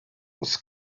oes